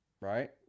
right